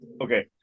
Okay